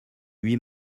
lui